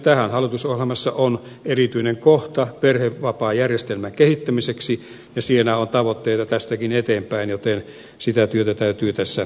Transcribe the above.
tähän hallitusohjelmassa on erityinen kohta perhevapaajärjestelmän kehittämiseksi ja siellä on tavoitteita tästäkin eteenpäin joten sitä työtä täytyy tässä jatkaa